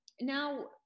Now